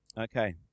okay